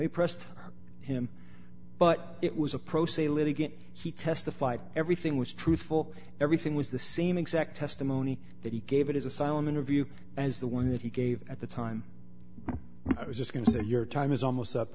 i pressed him but it was a pro se litigant he testified everything was truthful everything was the same exact testimony that he gave his asylum interview as the one that he gave at the time i was just going to say your time is almost up